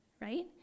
right